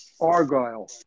Argyle